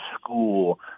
school